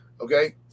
Okay